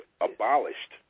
abolished